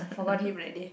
forgot him already